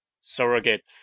surrogate